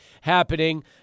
happening